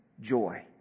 joy